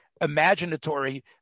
imaginatory